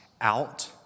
out